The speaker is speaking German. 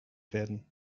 werden